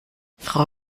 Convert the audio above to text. frau